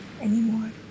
anymore